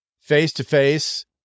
face-to-face